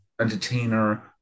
entertainer